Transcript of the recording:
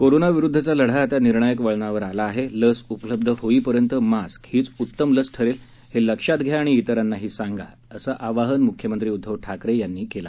corona विरुद्धचा लढा आता निर्णायक वळणावर आला आहे लस उपलब्ध होईपर्यंत मास्क हीच उत्तम लस ठरणार आहे हे लक्षात घ्या आणि इतरांनाही सांगा असं आवाहन मुख्यमंत्री उद्धव ठाकरे यांनी केलं